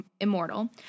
immortal